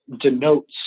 denotes